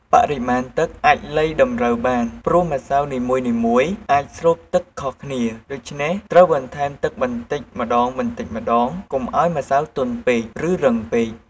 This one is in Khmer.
បរិមាណទឹកអាចលៃតម្រូវបាន ព្រោះម្សៅនីមួយៗអាចស្រូបទឹកខុសគ្នា ដូច្នេះត្រូវបន្ថែមទឹកបន្តិចម្តងៗ កុំឲ្យម្សៅទន់ពេក ឬរឹងពេក។